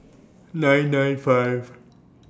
nine nine five